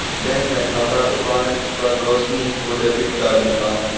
bank में खाता खुलवाने पर रोशनी को डेबिट कार्ड मिला